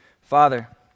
Father